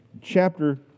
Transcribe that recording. chapter